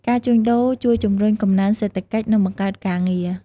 ការជួញដូរជួយជំរុញ កំណើនសេដ្ឋកិច្ច និងបង្កើតការងារ។